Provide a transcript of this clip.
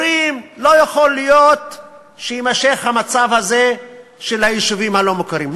אומרים: לא יכול להיות שיימשך המצב הזה של היישובים הלא-מוכרים.